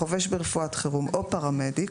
חובש ברפואת חירום או פרמדיק,